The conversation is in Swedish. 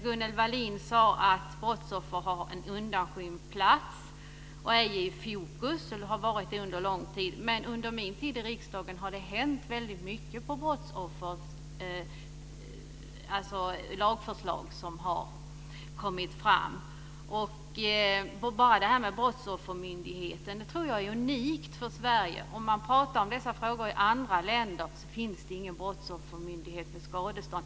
Gunnel Wallin sade att brottsoffer har en undanskymd plats och att de inte är i fokus samt att det har varit så under lång tid. Men under min tid i riksdagen har det hänt väldigt mycket för brottsoffer. Lagförslag har kommit fram. Vi kan bara ta Brottsoffermyndigheten. Det tror jag är unikt för Sverige. I andra länder finns det inga brottsoffermyndigheter och inget skadestånd.